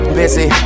busy